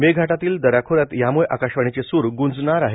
मेळघाटातील दऱ्याखोऱ्यात त्यामुळं आकाशवाणीचे सुर गुंजणार आहे